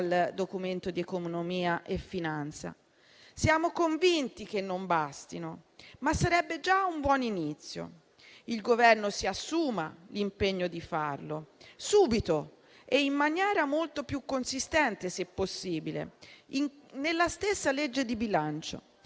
Siamo convinti che non bastino, ma sarebbe già un buon inizio. Il Governo si assuma l'impegno di farlo subito, in maniera molto più consistente e, se possibile, nella stessa legge di bilancio.